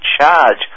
charge